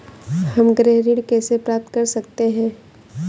हम गृह ऋण कैसे प्राप्त कर सकते हैं?